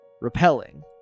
repelling